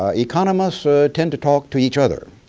ah economists so tend to talk to each other.